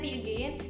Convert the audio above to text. again